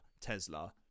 Tesla